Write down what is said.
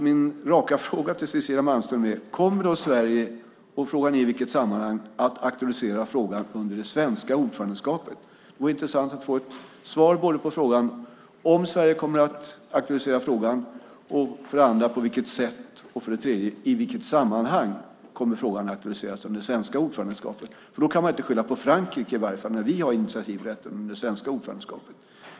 Min raka fråga till Cecilia Malmström är: Kommer då Sverige, och frågan är i vilket sammanhang, att aktualisera frågan under det svenska ordförandeskapet? Det vore intressant att få ett svar för det första på frågan om Sverige kommer att aktualisera frågan, för det andra på vilket sätt och för det tredje i vilket sammanhang under det svenska ordförandeskapet. Man kan i alla fall inte skylla på Frankrike när vi har initiativrätten under det svenska ordförandeskapet.